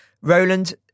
Roland